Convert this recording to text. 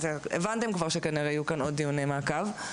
הבנתם כבר שכנראה יהיו כאן עוד דיוני מעקב.